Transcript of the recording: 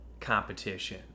competition